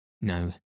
no